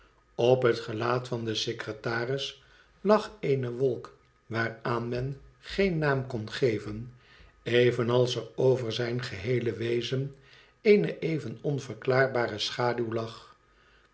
op het gelaat van den secretaris lag eene wolk waaraan men geen naam kon geven evenals er over zijn geheele wezen eene even onverklaarbare schaduw lag